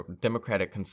democratic